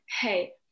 hey